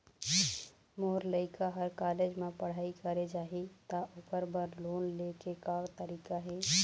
मोर लइका हर कॉलेज म पढ़ई करे जाही, त ओकर बर लोन ले के का तरीका हे?